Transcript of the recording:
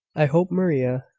i hope, maria,